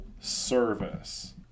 service